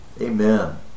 Amen